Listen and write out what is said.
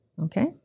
Okay